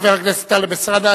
חבר הכנסת טלב אלסאנע.